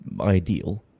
ideal